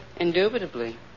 Indubitably